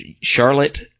Charlotte